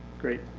great.